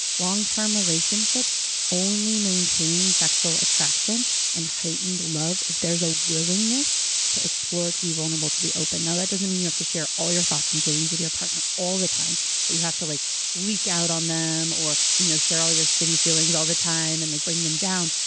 long term relationships only maintain sexual attraction and heightened love if there's a willingness to explore, to be vulnerable, to be open. open. now, that doesn't mean you have to share all your thoughts and feelings with your partner all the time that you have to like leak out on them or you know share all your shitty feelings all the time and like bring them down.